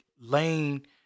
lane